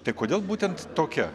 tai kodėl būtent tokia